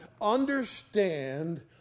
understand